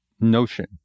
notion